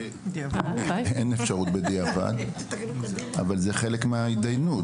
אין אפשרות בדיעבד, אבל זה חלק מההתדיינות.